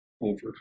over